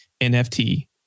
NFT